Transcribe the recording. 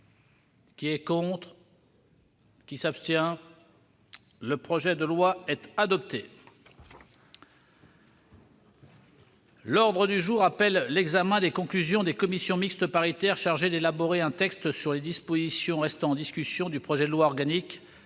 armées est favorable à l'adoption de ce texte. L'ordre du jour appelle l'examen des conclusions des commissions mixtes paritaires chargées d'élaborer un texte sur les dispositions restant en discussion du projet de loi organique